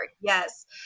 Yes